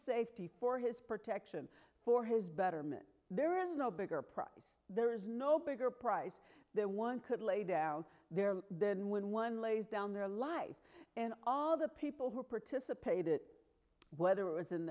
safety for his protection for his betterment there is no bigger prize there is no bigger prize that one could lay down there than when one lays down their life and all the people who participated whether it was in